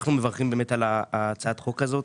אנחנו מברכים על הצעת החוק הזאת.